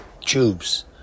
tubes